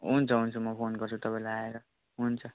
हुन्छ हुन्छ म फोन गर्छु तपाईँलाई आएर हुन्छ